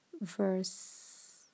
verse